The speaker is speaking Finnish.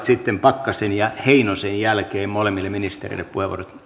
sitten pakkasen ja heinosen jälkeen molemmille ministereille puheenvuorot